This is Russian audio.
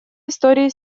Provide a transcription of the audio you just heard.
истории